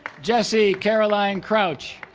jessie caroline crouch